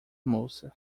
moça